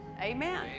Amen